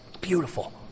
Beautiful